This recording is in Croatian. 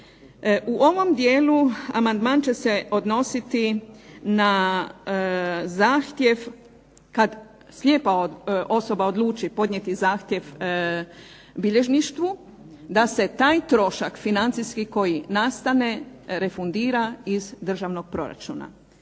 U ovom dijelu amandman će se odnositi na zahtjev kad slijepa osoba odluči podnijeti zahtjev bilježništvu da se taj trošak financijski koji nastane refundira iz državnog proračuna.